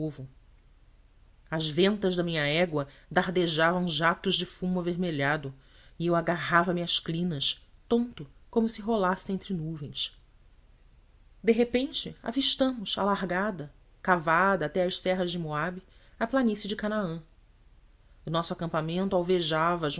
povo as ventas da minha égua dardejavam jactos de fumo avermelhado e eu agarrava me às crinas tonto como se rolasse entre nuvens de repente avistamos alargada cavada até às serras de moabe a planície de canaã o nosso acampamento alvejava